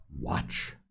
watch